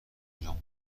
ایران